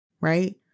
right